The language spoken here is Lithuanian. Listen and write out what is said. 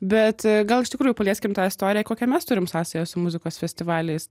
bet gal iš tikrųjų palieskim tą istoriją kokią mes turim sąsają su muzikos festivaliais